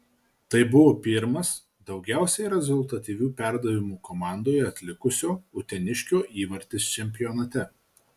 tai buvo pirmas daugiausiai rezultatyvių perdavimų komandoje atlikusio uteniškio įvartis čempionate